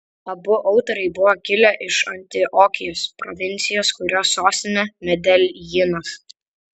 abu autoriai buvo kilę iš antiokijos provincijos kurios sostinė medeljinas